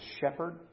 shepherd